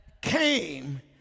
came